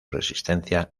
resistencia